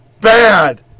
bad